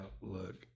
Look